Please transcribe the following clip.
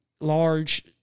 large